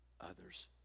others